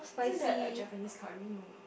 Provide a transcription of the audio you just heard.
isn't that like Japanese Curry no